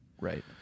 Right